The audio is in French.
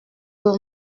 que